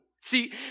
See